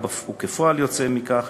וכפועל יוצא מכך,